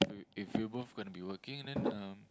if if we're both gonna be working then um